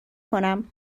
کنم